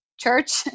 church